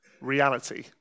reality